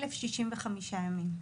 1,065 ימים.